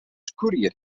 courier